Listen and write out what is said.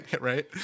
Right